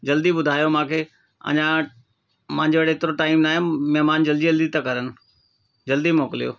जल्दी ॿुधायो मूंखे अञा मुंहिंजे वटि एतिरो टाइम न आहे महिमान जल्दी जल्दी था करनि जल्दी मोकिलियो